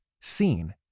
seen